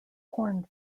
corn